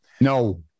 No